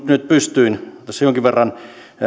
nyt pystyin niihin tässä jonkin verran